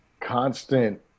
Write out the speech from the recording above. constant